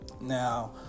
Now